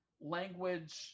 language